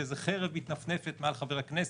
וזה חרב מתנפנפת מעל חבר הכנסת,